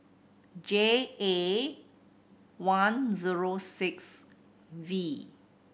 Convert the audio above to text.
J A one zero six V